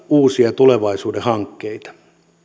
uusia tulevaisuuden hankkeita sinne missä olemme